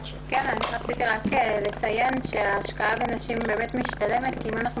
רציתי רק לציין שההשקעה בנשים באמת משתלמת כי אם אנחנו